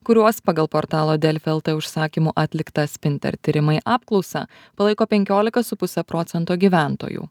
kuriuos pagal portalo delfi lt užsakymu atliktą spinter tyrimai apklausą palaiko penkiolika su puse procento gyventojų